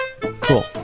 cool